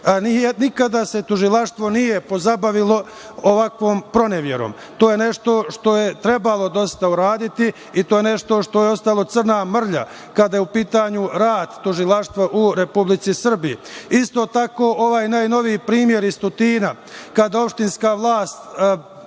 Nikada se tužilaštvo nije pozabavilo ovakvom proneverom. To je nešto što je trebalo uraditi i to je nešto što je ostalo crna mrlja, kada je u pitanju rad tužilaštva u Republici Srbiji. Isto tako, ovaj najnoviji primer iz Tutina, kada opštinska vlast,